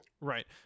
right